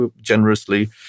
generously